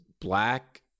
Black